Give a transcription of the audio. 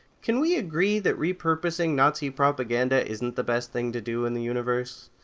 can we agree that repurposing nazi propaganda isn't the best thing to do in the universe?